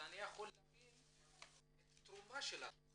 כך אני יכול להבין את תרומת התכנית.